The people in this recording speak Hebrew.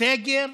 סגר,